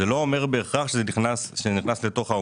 זה לא אומר בהכרח שנכנס למוצר.